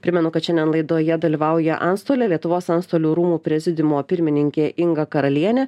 primenu kad šiandien laidoje dalyvauja antstolė lietuvos antstolių rūmų prezidiumo pirmininkė inga karalienė